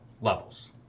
levels